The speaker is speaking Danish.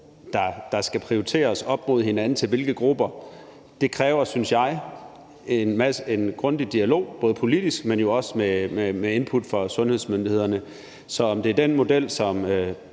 der skal prioriteres til hvilke grupper, synes jeg kræver en grundig dialog, både politisk, men jo også med input fra sundhedsmyndighederne. Så om det præcis er den model, som